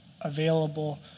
available